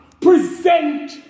Present